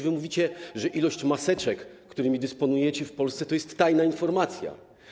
Wy mówicie, że ilość maseczek, którymi dysponujecie w Polsce, to jest tajna informacja.